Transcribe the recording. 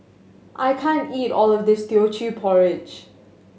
I can't eat all of this Teochew Porridge